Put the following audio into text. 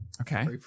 okay